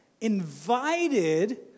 invited